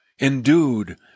endued